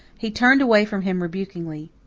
he turned away from him rebukingly.